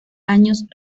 años